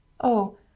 Oh